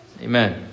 Amen